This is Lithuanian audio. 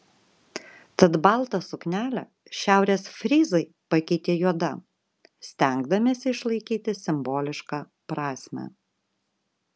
tad baltą suknelę šiaurės fryzai pakeitė juoda stengdamiesi išlaikyti simbolišką prasmę